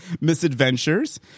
Misadventures